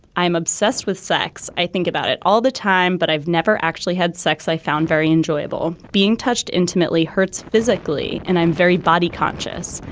i'm obsessed with sex i think about it all the time. but i've never actually had sex. i found very enjoyable. being touched intimately hurts physically, and i'm very body conscious.